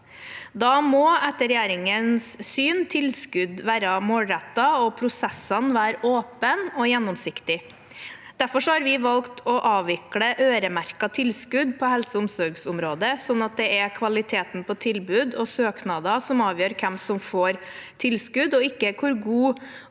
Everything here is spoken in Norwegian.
etter regjeringens syn, være målrettede og prosessene åpne og gjennomsiktige. Derfor har vi valgt å avvikle øremerkede tilskudd på helse- og omsorgsområdet, slik at det er kvaliteten på tilbud og søknader som avgjør hvem som får tilskudd, og ikke hvor gode